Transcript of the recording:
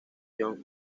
john